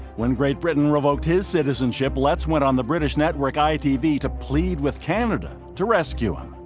when great britain revoked his citizenship, letts went on the british network itv to plead with canada to rescue him.